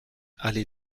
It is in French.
allée